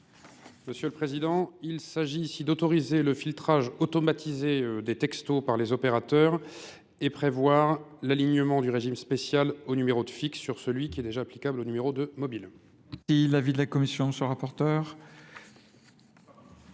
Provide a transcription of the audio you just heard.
Monsieur le Président, il s'agit ici d'autoriser le filtrage automatisé des textos par les opérateurs et prévoir l'alignement du régime spécial au numéro de fixe sur celui qui est déjà applicable au numéro de mobile. Bien évidemment favorable